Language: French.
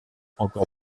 encore